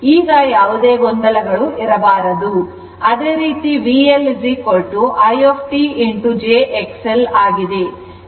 ಆದ್ದರಿಂದ ಈಗ ಯಾವುದೇ ಗೊಂದಲಗಳು ಇರಬಾರದು ಅದೇ ರೀತಿ VL i t j XL ಆಗಿದೆ